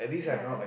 yeah